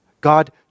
God